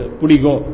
pudigo